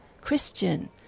Christian